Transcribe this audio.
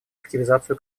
активизацию